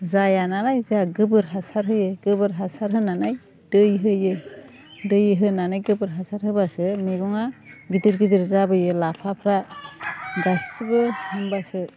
जायानालाय जाहा गोबोर हासार होयो गोबोर हासार होनानै दै होयो दै होनानै गोबोर हासार होब्लासो मैगङा गिदिर गिदिर जाबोयो लाफाफ्रा गासिबो होमबासो